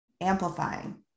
amplifying